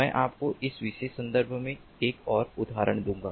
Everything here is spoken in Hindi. मैं आपको इस विशेष संदर्भ में एक और उदाहरण दूंगा